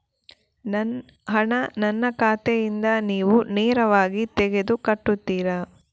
ಹಣ ನನ್ನ ಖಾತೆಯಿಂದ ನೀವು ನೇರವಾಗಿ ತೆಗೆದು ಕಟ್ಟುತ್ತೀರ?